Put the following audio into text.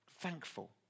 thankful